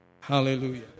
Hallelujah